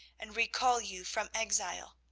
and recall you from exile.